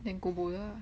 then go boulder lah